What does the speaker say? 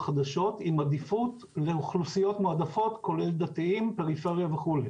חדשות עם עדיפות לאוכלוסיות מועדפות כולל דתיים פריפריה וכולי.